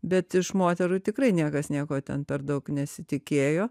bet iš moterų tikrai niekas nieko ten per daug nesitikėjo